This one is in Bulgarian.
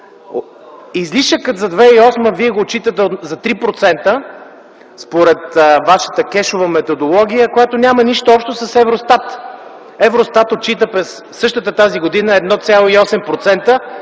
Излишъкът за 2008 г. вие го отчитате за 3% според вашата кешова методология, която няма нищо общо с Евростат. Евростат отчита през същата година 1,8%.